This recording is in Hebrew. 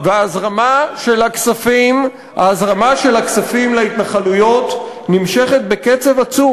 וההזרמה של הכספים להתנחלויות נמשכת בקצב עצום.